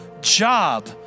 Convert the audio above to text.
job